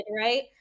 right